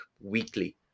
weekly